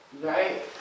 Right